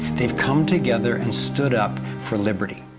they've come together and stood up for liberty.